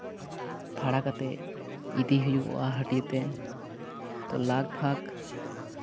ᱵᱷᱟᱲᱟ ᱠᱟᱛᱮᱫ ᱤᱫᱤ ᱦᱩᱭᱩᱜᱼᱟ ᱦᱟᱹᱴᱭᱟᱹᱛᱮ ᱛᱳ ᱞᱟᱜᱽ ᱵᱷᱟᱜᱽ